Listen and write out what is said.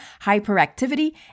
hyperactivity